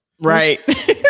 right